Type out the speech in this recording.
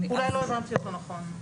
אולי לא הבנתי אותו נכון.